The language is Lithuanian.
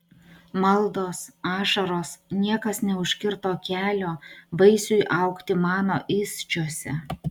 maldos ašaros niekas neužkirto kelio vaisiui augti mano įsčiose